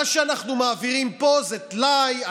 מי יחבוש את פצעייך?